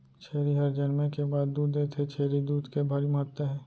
छेरी हर जनमे के बाद दूद देथे, छेरी दूद के भारी महत्ता हे